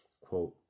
Quote